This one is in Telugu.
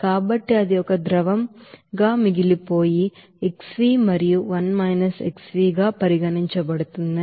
కాబట్టి అది ఒక ద్రవంగా మిగిలిపోయిన xv మరియు 1 - xv గా పరిగణించబడుతుందని మీకు తెలుసు